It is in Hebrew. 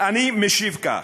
אני משיב כך: